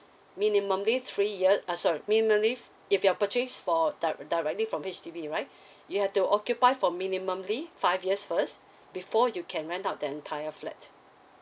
minimally three yea~ uh sorry minimally if your purchase for dire~ directly from H_D_B right you have to occupy for minimally five years first before you can rent out the entire flat